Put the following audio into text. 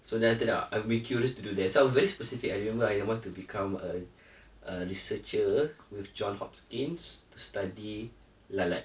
so then after that I'll be curious to do that so I have a very specific idea I remember I want to become a researcher with john hopkins to study lilac